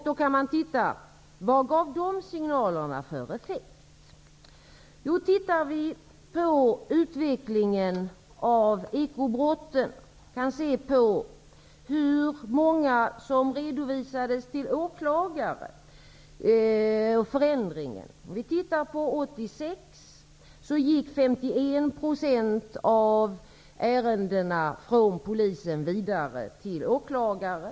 Då kan man se efter vad de signalerna gav för effekt. Om vi tittar på utvecklingen av ekobrotten kan vi se på förändringen av hur många som gick till åklagare. År 1986 gick 51 % av ärendena vidare från polisen till åklagare.